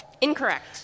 Incorrect